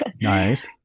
Nice